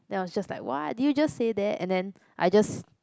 then I was just like what did you just say that and then I just